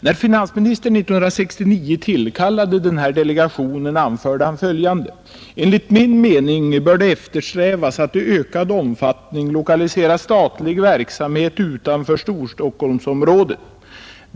När finansministern 1969 tillkallade den här delegationen anförde han följande: ”Enligt min mening bör det eftersträvas att i ökad omfattning lokalisera statlig verksamhet utanför Storstockholmsområdet.